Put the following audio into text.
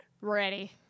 Ready